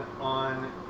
on